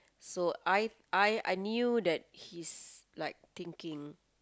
so I I I knew that he's like thinking